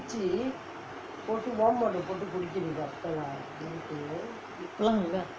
இப்பே லாம் இல்லே:ippae laam illae